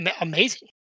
amazing